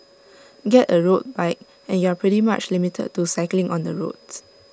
get A road bike and you're pretty much limited to cycling on the roads